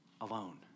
Alone